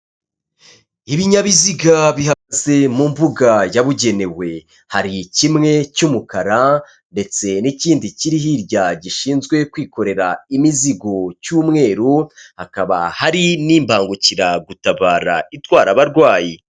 Ibinyabiziga bihagaze mu mbuga yabugenewe hari kimwe cy'umukara ndetse n'ikindi kiri hirya gishinzwe kwikorera imizigo cy'umweru, hakaba hari n'imbangukiragutabara itwara abarwayi.